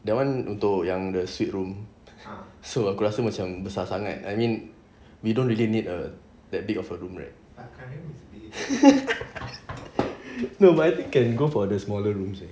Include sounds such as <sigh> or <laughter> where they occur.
that one untuk yang the suite room so aku rasa macam besar sangat I mean we don't really need a that big of a room right <laughs> no but I think can go for the smaller rooms